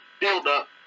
build-up